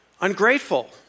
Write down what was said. Ungrateful